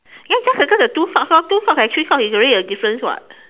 ya just circle the two socks lor two socks and three socks is already a difference [what]